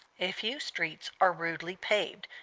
a few streets are rudely paved,